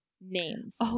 names